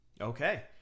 Okay